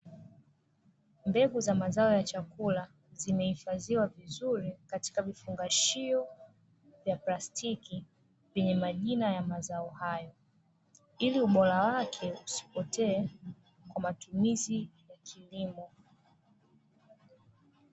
Mbegu za mazao ya chakula zimehifadhiwa vizuri katika vifungashio vya plastiki vyenye majina ya mazao hayo, ili ubora wake usipotee kwa matumizi ya kilimo.